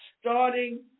starting